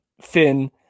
Finn